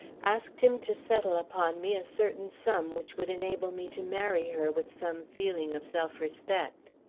asked him to settle upon me a certain sum which would enable me to marry her with some feeling of self-respect.